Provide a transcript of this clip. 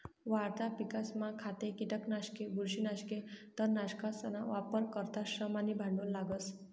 वाढता पिकसमा खते, किटकनाशके, बुरशीनाशके, तणनाशकसना वापर करता श्रम आणि भांडवल लागस